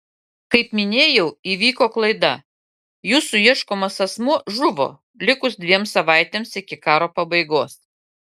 kaip minėjau įvyko klaida jūsų ieškomas asmuo žuvo likus dviem savaitėms iki karo pabaigos